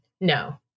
no